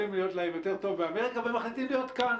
להיות להם יותר טוב באמריקה והם מחליטים להיות כאן.